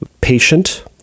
patient